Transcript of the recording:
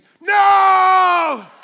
No